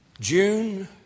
June